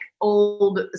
old